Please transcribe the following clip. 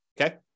Okay